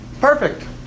perfect